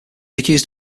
accused